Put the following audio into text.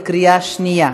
בקריאה שנייה.